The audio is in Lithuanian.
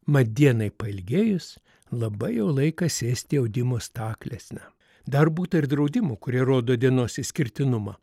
mat dienai pailgėjus labai jau laikas sėsti audimo staklėsna dar būta ir draudimų kurie rodo dienos išskirtinumą